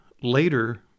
later